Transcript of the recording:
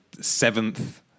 seventh